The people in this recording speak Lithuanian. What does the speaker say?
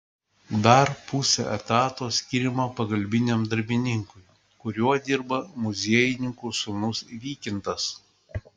dar pusė etato skiriama pagalbiniam darbininkui kuriuo dirba muziejininkų sūnus vykintas